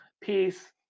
Peace